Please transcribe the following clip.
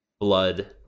blood